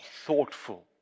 thoughtful